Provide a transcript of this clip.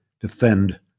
defend